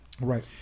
Right